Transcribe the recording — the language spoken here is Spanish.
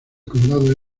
condado